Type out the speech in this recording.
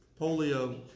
polio